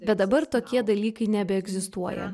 bet dabar tokie dalykai nebeegzistuoja